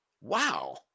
Wow